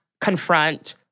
confront